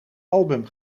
album